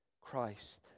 Christ